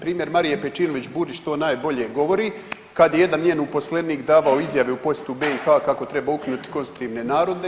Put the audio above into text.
Primjer Marije Pejčinović Burić to najbolje govori kada je jedan njen uposlenik davao izjave u posjetu BiH kako treba ukinuti konstitutivne narode.